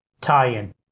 tie-in